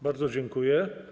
Bardzo dziękuję.